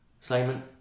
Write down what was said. Simon